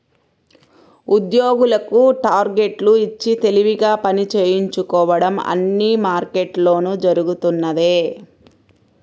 ఉద్యోగులకు టార్గెట్లు ఇచ్చి తెలివిగా పని చేయించుకోవడం అన్ని మార్కెట్లలోనూ జరుగుతున్నదే